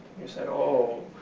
you said, oh,